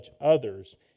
others